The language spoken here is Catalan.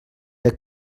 del